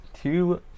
Two